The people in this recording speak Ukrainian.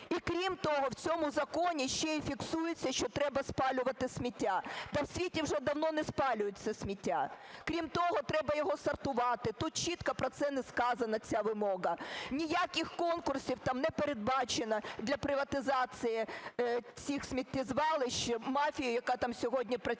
І, крім того, в цьому законі ще і фіксується, що треба спалювати сміття. Та в світі вже давно не спалюють це сміття. Крім того, треба його сортувати, тут чітко про це не сказано, ця вимога. Ніяких конкурсів там не передбачено для приватизації цих сміттєзвалищ мафією, яка там сьогодні працює.